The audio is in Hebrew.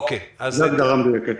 זו ההגדרה המדויקת.